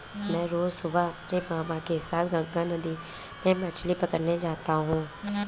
मैं रोज सुबह अपने मामा के साथ गंगा नदी में मछली पकड़ने जाता हूं